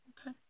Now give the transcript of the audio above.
Okay